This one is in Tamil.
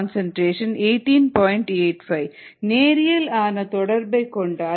85 நேரியல் ஆன தொடர்பை கொண்டால்